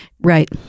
Right